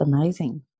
amazing